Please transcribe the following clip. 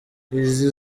izi